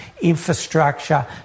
infrastructure